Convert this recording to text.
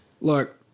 Look